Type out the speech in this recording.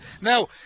now